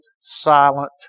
silent